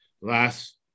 Last